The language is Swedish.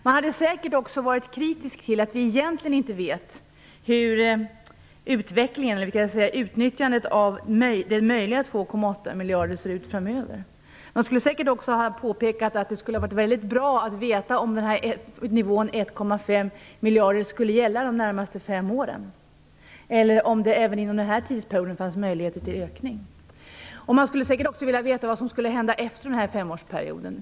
Man hade säkert också varit kritisk mot att vi egentligen vet hur utnyttjandet av de möjliga 2,8 miljarderna ser ut framöver. Man skulle säkert också ha påpekat att det skulle ha varit mycket bra att veta om nivån på 1,5 miljard skall gälla för de närmaste fem åren eller om det även inom den här tidsperioden finns möjlighet till ökning. Man skulle säkert också vilja veta vad som skall hända efter den här femårsperioden.